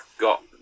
got